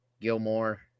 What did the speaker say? Gilmore